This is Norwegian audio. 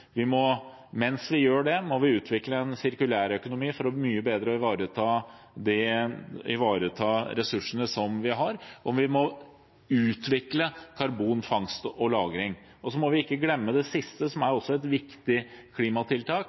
Vi må bygge opp under og støtte opp under klimavennlige byer og lokalsamfunn. Mens vi gjør det, må vi utvikle en sirkulærøkonomi for mye bedre å ivareta de ressursene vi har. Vi må utvikle karbonfangst og -lagring. Og så må vi ikke glemme det siste, som også er et viktig klimatiltak: